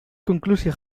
conclusie